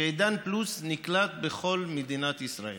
שעידן פלוס נקלט בכל מדינת ישראל.